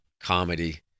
comedy